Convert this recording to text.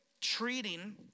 treating